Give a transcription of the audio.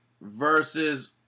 versus